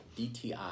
DTI